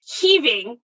heaving